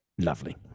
lovely